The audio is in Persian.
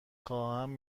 خواهم